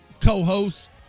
co-host